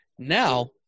Now